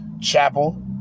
Chapel